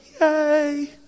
yay